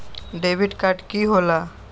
Debit card की होला?